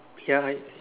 ya I